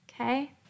okay